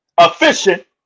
efficient